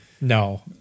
no